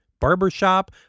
Barbershop